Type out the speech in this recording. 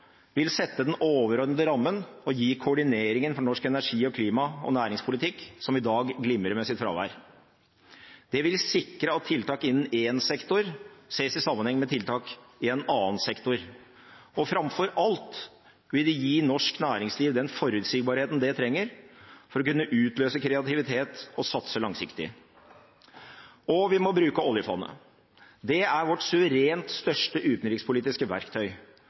vil sette den overordnede rammen og gi koordineringen for norsk energi-, klima- og næringspolitikk, som i dag glimrer med sitt fravær. Det vil sikre at tiltak innen én sektor ses i sammenheng med tiltak i en annen sektor, og framfor alt vil det gi norsk næringsliv den forutsigbarheten det trenger for å kunne utløse kreativitet og satse langsiktig. Vi må bruke oljefondet. Det er vårt suverent største utenrikspolitiske verktøy.